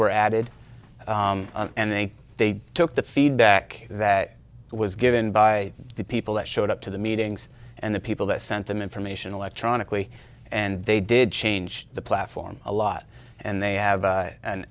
were added and they they took the feedback that was given by the people that showed up to the meetings and the people that sent them information electronically and they did change the platform a lot and they have